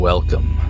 Welcome